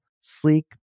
sleek